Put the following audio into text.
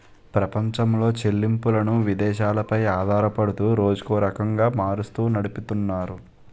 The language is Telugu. ప్రపంచంలో చెల్లింపులను విదేశాలు పై ఆధారపడుతూ రోజుకో రకంగా మారుస్తూ నడిపితున్నారు